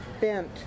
bent